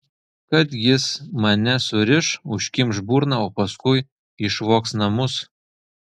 kad jis mane suriš užkimš burną o paskui išvogs namus